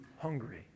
hungry